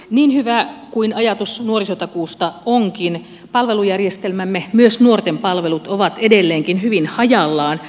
niin hyvä kuin ajatus nuorisotakuusta onkin palvelujärjestelmämme myös nuorten palvelut ovat edelleenkin hyvin hajallaan